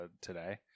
today